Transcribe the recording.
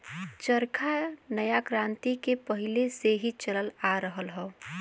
चरखा नया क्रांति के पहिले से ही चलल आ रहल हौ